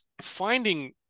finding